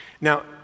Now